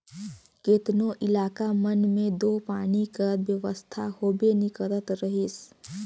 केतनो इलाका मन मे दो पानी कर बेवस्था होबे नी करत रहिस